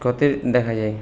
ক্ষতি দেখা যায়